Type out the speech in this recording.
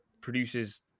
produces